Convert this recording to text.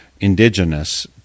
indigenous